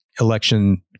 election